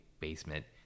basement